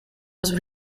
was